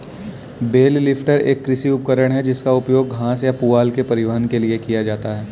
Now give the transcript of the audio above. bell lifter एक कृषि उपकरण है जिसका उपयोग घास या पुआल के परिवहन के लिए किया जाता है